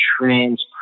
trans